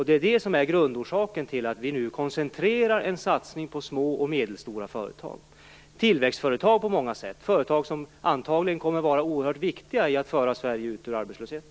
Det är detta som är grundorsaken till att vi nu koncentrerar en satsning på små och medelstora företag - företag som är tillväxtföretag på många sätt och som antagligen kommer att vara oerhört viktiga för att föra Sverige ut ur arbetslösheten.